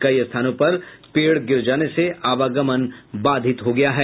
कई स्थानों पर पेड़ गिर जाने से आवागमन बाधित हो गया है